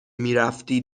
میرفتی